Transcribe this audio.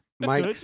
Mike